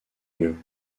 lieu